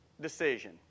decision